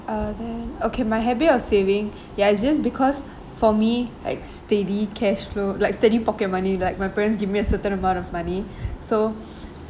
uh then okay my habit of saving ya I just because for me like steady cash flow like steady pocket money like my parents give me a certain amount of money so